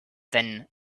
than